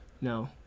No